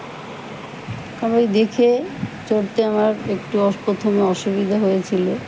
আমি দেখে চড়তে আমার একটু অসমে অসুবিধে হয়েছিলো